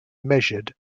measured